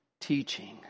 teaching